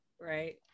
right